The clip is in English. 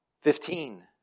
Fifteen